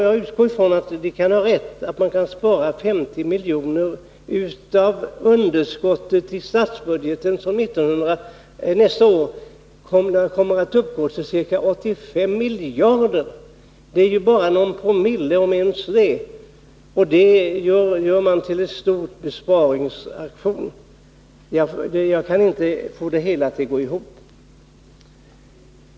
Jag utgår från att ni kan ha rätt och att man alltså kan spara 50 miljoner — av underskottet i statsbudgeten som nästa år kommer att uppgå till 85 miljarder kronor. Det är bara någon promille, om ens det, och det vill man kalla för en stor besparingsaktion. Jag kan inte få det hela att gå ihop.